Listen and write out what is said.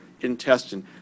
intestine